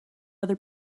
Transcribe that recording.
other